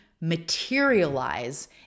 materialize